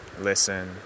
listen